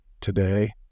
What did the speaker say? today